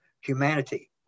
humanity